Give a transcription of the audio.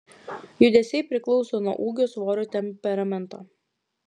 judesiai priklauso nuo ūgio svorio temperamento